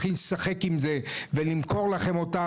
יתחיל לשחק עם זה ולמכור לכם אותם